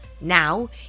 Now